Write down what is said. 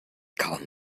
kaum